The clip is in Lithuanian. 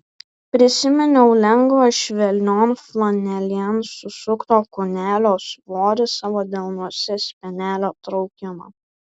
prisiminiau lengvą švelnion flanelėn susukto kūnelio svorį savo delnuose spenelio traukimą